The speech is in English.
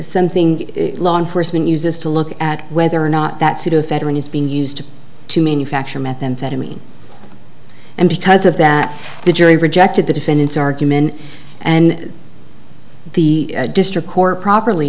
something law enforcement uses to look at whether or not that pseudoephedrine is being used to manufacture methamphetamine and because of that the jury rejected the defendant's argument and the district court properly